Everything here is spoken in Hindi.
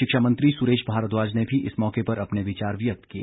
शिक्षा मंत्री सुरेश भारद्वाज ने भी इस मौके पर अपने विचार व्यक्त किए